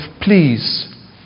please